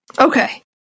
Okay